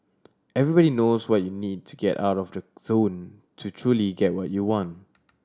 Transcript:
everybody knows what you need to get out of the zone to truly get what you want